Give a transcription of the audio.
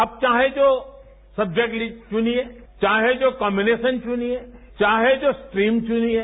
अब चाहे जो सब्जेक्ट चूनिये चाहे जो कम्पूनेशन चूनिये चाहे जो स्ट्रीम चूनिये